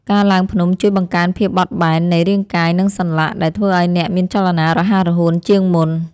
ការឡើងភ្នំជួយបង្កើនភាពបត់បែននៃរាងកាយ និងសន្លាក់ ដែលធ្វើឱ្យអ្នកមានចលនារហ័សរហួនជាងមុន។